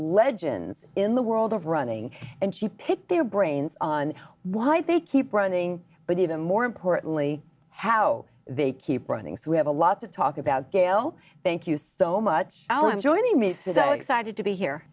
legend in the world of running and she picked their brains on why they keep running but even more importantly how they keep running so we have a lot to talk about gail thank you so much allen joining me says i excited to be here